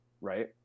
right